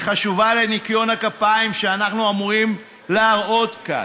היא חשובה לניקיון הכפיים שאנחנו אמורים להראות כאן.